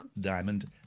Diamond